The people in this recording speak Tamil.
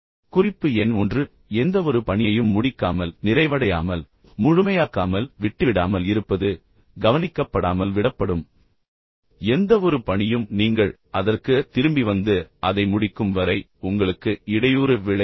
குறிப்பு எண் 1 எந்தவொரு பணியையும் முடிக்காமல் நிறைவடையாமல் முழுமையாக்காமல் விட்டுவிடாமல் இருப்பது கவனிக்கப்படாமல் விடப்படும் எந்தவொரு பணியும் நீங்கள் அதற்குத் திரும்பி வந்து அதை முடிக்கும் வரை உங்களுக்கு இடையூறு விளைவிக்கும்